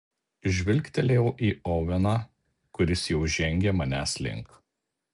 žvilgtelėjau į oveną kuris jau žengė manęs link